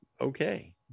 okay